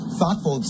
thoughtful